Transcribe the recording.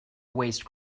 waste